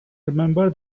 remember